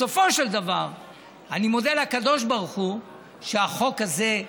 בסופו של דבר אני מודה לקדוש ברוך הוא שהחוק הזה,